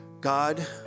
God